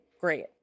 great